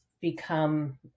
become